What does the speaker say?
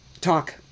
talk